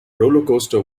rollercoaster